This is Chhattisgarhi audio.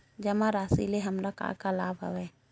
जमा राशि ले हमला का का लाभ हवय?